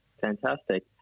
Fantastic